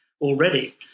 already